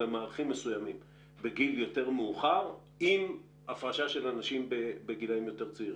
במערכים מסוימים בגיל יותר מאוחר עם הפרשה של אנשים בגילאים יותר צעירים.